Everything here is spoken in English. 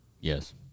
Yes